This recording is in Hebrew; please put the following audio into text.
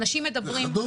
אנשים מדברים,